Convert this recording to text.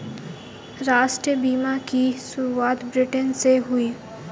राष्ट्रीय बीमा की शुरुआत ब्रिटैन से हुई